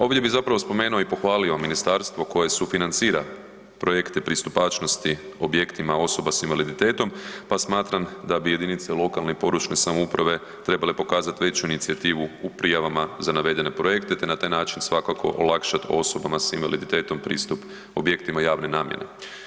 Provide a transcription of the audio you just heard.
Ovdje bih zapravo spomenuo i pohvalio ministarstvo koje sufinancira projekte pristupačnosti objektima osoba s invaliditetom, pa smatram da bi jedinice lokalne i područne samouprave trebale pokazati veću inicijativu u prijavama za navedene projekte te na taj način svakako olakšati osobama s invaliditetom pristup objektima javne namjene.